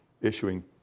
issuing